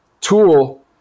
tool